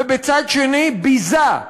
ובצד שני ביזה,